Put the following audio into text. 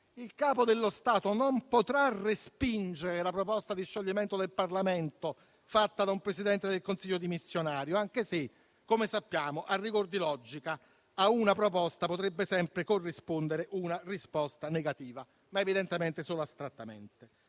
il Capo dello Stato non potrà respingere la proposta di scioglimento del Parlamento fatta da un Presidente del Consiglio dimissionario, anche se, come sappiamo, a rigor di logica, a una proposta potrebbe sempre corrispondere una risposta negativa, ma evidentemente solo astrattamente.